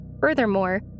Furthermore